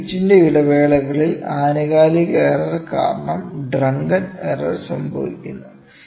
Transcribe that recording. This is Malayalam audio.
ഒരു പിച്ചിന്റെ ഇടവേളകളിൽ ആനുകാലിക എറർ കാരണം ഡ്രങ്കൻ എറർ സംഭവിക്കുന്നു